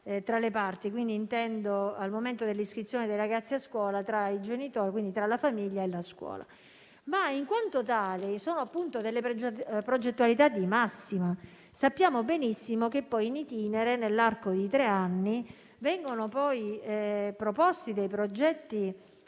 tra le parti, quindi al momento dell'iscrizione dei ragazzi a scuola tra la famiglia e la scuola. In quanto tali, si tratta di progettualità di massima. Sappiamo benissimo che poi *in itinere,* nell'arco di tre anni, vengono poi proposti dei progetti